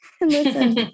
listen